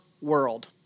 world